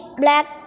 black